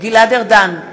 גלעד ארדן,